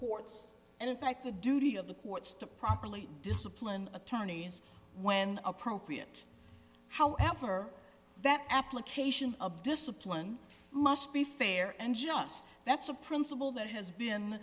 courts and in fact a duty of the courts to properly discipline attorneys when appropriate however that application of discipline must be fair and just that's a principle that has been